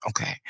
Okay